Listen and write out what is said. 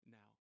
now